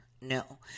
No